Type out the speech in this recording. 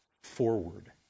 forward